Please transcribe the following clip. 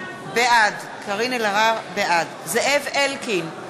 בעד זאב אלקין,